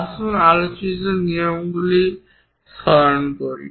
আসুন আমাদের আলোচিত নিয়মগুলি স্মরণ করি